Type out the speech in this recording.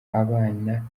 abana